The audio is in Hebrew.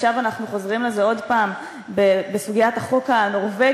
עכשיו אנחנו חוזרים לזה עוד פעם בסוגיית החוק הנורבגי,